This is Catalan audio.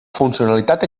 funcionalitat